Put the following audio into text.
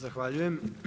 Zahvaljujem.